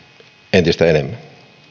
entistä enemmän